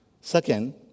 Second